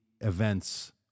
events